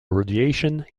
radiation